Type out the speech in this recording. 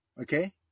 Okay